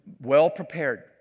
well-prepared